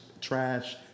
Trash